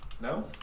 No